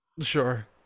sure